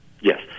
Yes